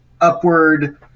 upward